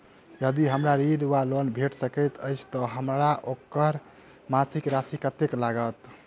यदि हमरा ऋण वा लोन भेट सकैत अछि तऽ हमरा ओकर मासिक राशि कत्तेक लागत?